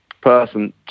person